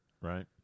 right